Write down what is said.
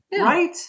Right